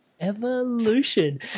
Evolution